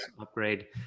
upgrade